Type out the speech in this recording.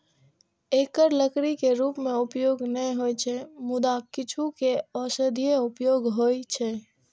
एकर लकड़ी के रूप मे उपयोग नै होइ छै, मुदा किछु के औषधीय उपयोग होइ छै